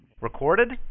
Recorded